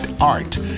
art